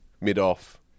mid-off